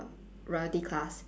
royalty class